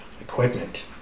equipment